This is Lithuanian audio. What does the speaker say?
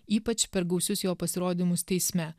ypač per gausius jo pasirodymus teisme